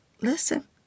listen